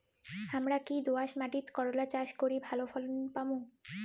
হামরা কি দোয়াস মাতিট করলা চাষ করি ভালো ফলন পামু?